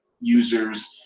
users